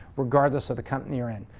regardless of the company you're in.